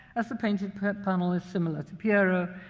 as the painted panel is similar to piero,